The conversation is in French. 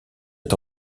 est